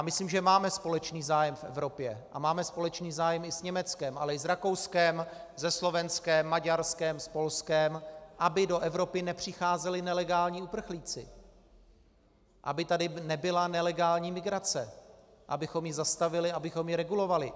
Myslím, že máme společný zájem v Evropě a máme společný zájem i s Německem, Rakouskem, Slovenskem, Maďarskem, Polskem, aby do Evropy nepřicházeli nelegální uprchlíci, aby tady nebyla nelegální migrace, abychom ji zastavili, abychom ji regulovali.